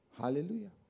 Hallelujah